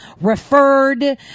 referred